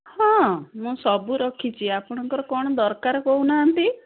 ହଁ ମୁଁ ସବୁ ରଖିଛି ଆପଣଙ୍କର କ'ଣ ଦରକାର କହୁନାହାନ୍ତି